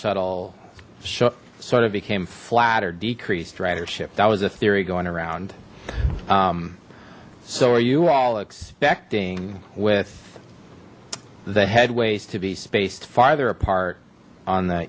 shuttle sort of became flat or decreased ridership that was a theory going around so are you all expecting with the headways to be spaced farther apart on the